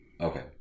okay